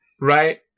right